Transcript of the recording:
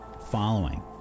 following